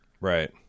right